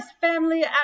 family